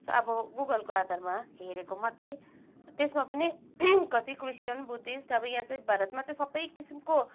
so अब गुगलको आधारमा हेरेको मात्रै त्यसमा पनि कति क्रिस्चियन बुद्धिस्ट अब यहाँ चाहिँ भारतमा चाहिँ सबै किसिमको